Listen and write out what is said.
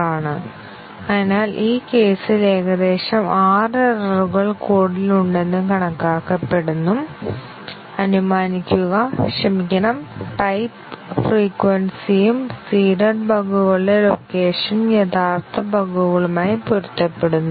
ആണ് അതിനാൽ ഈ കേസിൽ ഏകദേശം 6 എററുകൾ കോഡിൽ ഉണ്ടെന്ന് കണക്കാക്കപ്പെടുന്നു അനുമാനിക്കുക ക്ഷമിക്കണം ടൈപ്പ് ഫ്രീക്വെൻസിയും സീഡ്ഡ് ബഗുകളുടെ ലൊക്കേഷൻ യഥാർത്ഥ ബഗുകളുമായി പൊരുത്തപ്പെടുന്നു